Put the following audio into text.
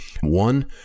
one